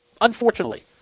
Unfortunately